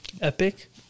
Epic